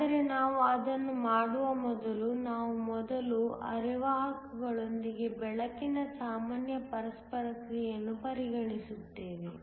ಆದರೆ ನಾವು ಅದನ್ನು ಮಾಡುವ ಮೊದಲು ನಾವು ಮೊದಲು ಅರೆವಾಹಕಗಳೊಂದಿಗೆ ಬೆಳಕಿನ ಸಾಮಾನ್ಯ ಪರಸ್ಪರ ಕ್ರಿಯೆಯನ್ನು ಪರಿಗಣಿಸುತ್ತೇವೆ